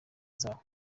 zabo